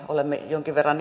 olemme jonkin verran